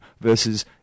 versus